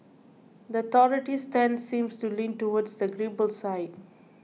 the authorities' stance seems to lean towards the agreeable side